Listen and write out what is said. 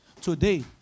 Today